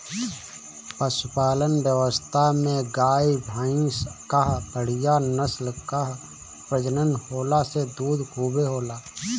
पशुपालन व्यवस्था में गाय, भइंस कअ बढ़िया नस्ल कअ प्रजनन होला से दूध खूबे होला